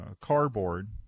cardboard